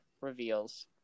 reveals